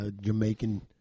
Jamaican